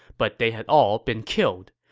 but they had all been killed.